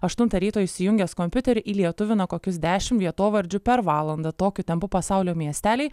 aštuntą ryto įsijungęs kompiuterį įlietuvina kokius dešimt vietovardžių per valandą tokiu tempu pasaulio miesteliai